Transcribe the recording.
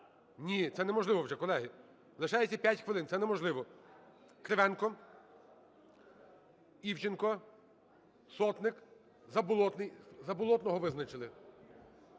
Ні, це неможливо вже, колеги, лишається 5 хвилин, це неможливо. Кривенко, Івченко, Сотник, Заболотний. Заболотного визначили,